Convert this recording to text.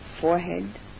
forehead